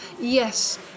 yes